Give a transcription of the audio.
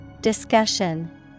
Discussion